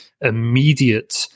immediate